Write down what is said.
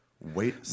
Wait